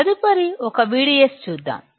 తదుపరి ఒక VDS చూద్దాం